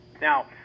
now